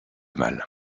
mal